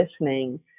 listening